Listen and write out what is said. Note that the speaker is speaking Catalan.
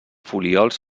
folíols